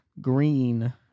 green